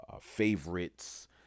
favorites